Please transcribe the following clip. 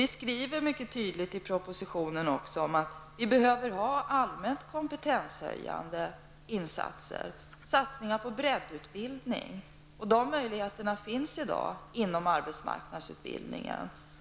Vi skriver mycket tydligt i propositionen att vi behöver ha allmänt kompetenshöjande insatser, satsningar på breddutbildning. De möjligheterna finns i dag inom arbetsmarknadsutbildningen.